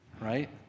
Right